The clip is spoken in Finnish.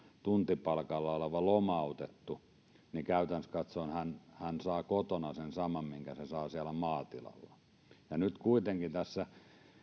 tuntipalkalla oleva lomautettu niin käytännössä katsoen hän saa kotona sen saman minkä hän saa siellä maatilalla nyt kuitenkin tässä